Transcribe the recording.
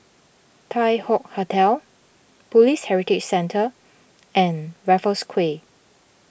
Tai Hoe Hotel Police Heritage Centre and Raffles Quay